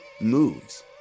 moves